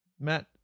Matt